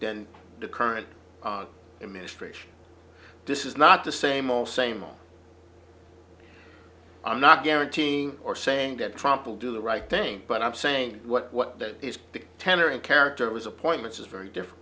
than the current administration this is not the same ole same ole i'm not guaranteeing or saying that trump will do the right thing but i'm saying what that is the tenor and character was appointments is very different